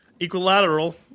Equilateral